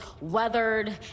weathered